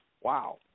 Wow